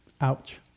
ouch